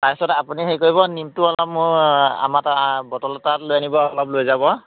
তাৰ পিছত আপুনি হেৰি কৰিব নিমটো অলপ মোৰ আমাৰ তাত বটল এটাত লৈ আনিব আৰু অলপ লৈ যাব